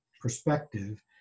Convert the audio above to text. perspective